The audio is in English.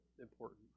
important